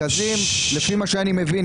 לפי מה שאני מבין,